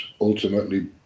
ultimately